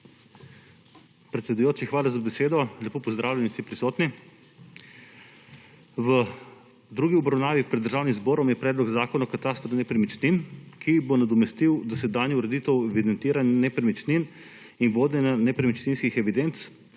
Predsedujoči, hvala za besedo. Lepo pozdravljeni, vsi prisotni! V drugi obravnavi pred Državnim zborom je Predlog zakona o katastru nepremičnin, ki bo nadomestil dosedanjo ureditev evidentiranj nepremičnin in vodenje nepremičninskih evidenc,